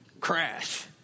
crash